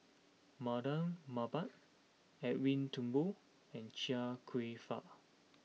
Mardan Mamat Edwin Thumboo and Chia Kwek Fah